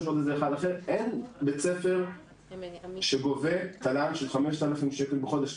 אין בית ספר שגובה תל"ן של 5,000 שקל בחודש.